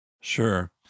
Sure